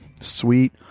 sweet